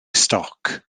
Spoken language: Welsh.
stoc